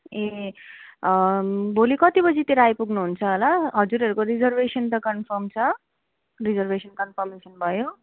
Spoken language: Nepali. ए भोलि कति बजीतिर आइपुग्नु हुन्छ होला हजुरहरूको रिजर्वेसन त कन्फर्म छ रिजर्वेसन कन्फर्मेसन भयो